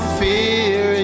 fear